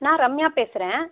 நான் ரம்யா பேசுகிறேன்